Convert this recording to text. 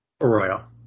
Arroyo